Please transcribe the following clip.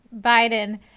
Biden